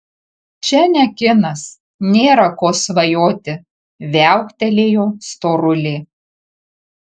čia ne kinas nėra ko svajoti viauktelėjo storulė